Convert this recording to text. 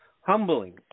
humbling